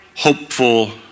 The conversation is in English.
Hopeful